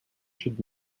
should